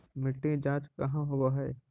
मिट्टी जाँच कहाँ होव है?